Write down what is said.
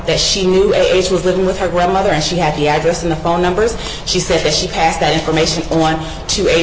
that she knew it was living with her grandmother and she had the address and the phone numbers she said that she passed that information on to a